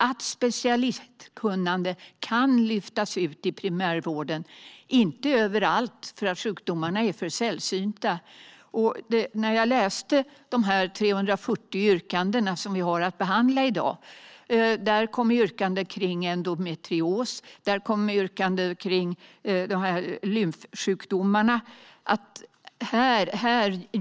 Det sker dock inte överallt, för sjukdomarna är för sällsynta. Bland de 340 yrkandena som vi har att behandla i dag finns yrkanden om endometrios och även om lymfsjukdomarna.